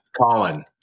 Colin